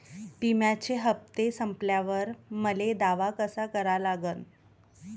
बिम्याचे हप्ते संपल्यावर मले दावा कसा करा लागन?